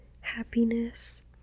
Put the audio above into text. happiness